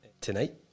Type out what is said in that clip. tonight